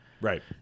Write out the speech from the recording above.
right